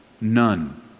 none